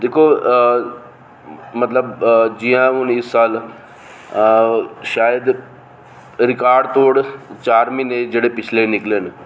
दिक्खो मतलब जि'यां इस साल शायद रिकार्ड तोड़ चार म्हीने जेह्ड़े पिछले निकले न